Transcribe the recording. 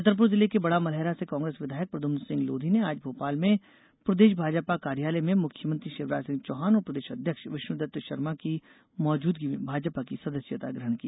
छतरपुर जिले के बड़ा मलहरा से कांग्रेस विधायक प्रद्युम्न सिंह लोधी ने आज भोपाल में प्रदेश भाजपा कार्यालय में मुख्यमंत्री शिवराज सिंह चौहान और प्रदेश अध्यक्ष विष्णुदत्त शर्मा की मौजूदगी में भाजपा की सदस्यता ग्रहण की